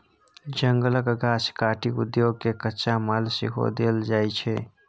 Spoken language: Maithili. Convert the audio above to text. जंगलक गाछ काटि उद्योग केँ कच्चा माल सेहो देल जाइ छै